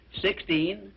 Sixteen